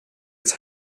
its